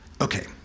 Okay